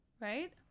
right